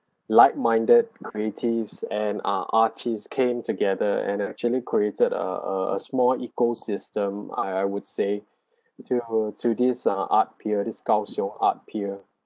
like minded creatives and ah artists came together and actually created a a a small ecosystem I I would say to to this uh art pier this kaohsiung art pier